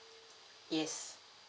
yes